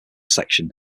section